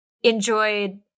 Enjoyed